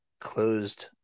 closed